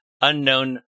unknown